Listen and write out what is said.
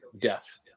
death